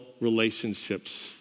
relationships